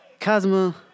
Cosmo